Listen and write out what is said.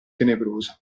tenebrosa